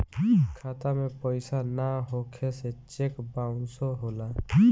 खाता में पइसा ना होखे से चेक बाउंसो होला